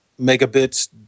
megabits